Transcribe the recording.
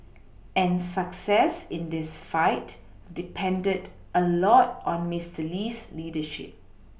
and success in this fight depended a lot on Mister Lee's leadership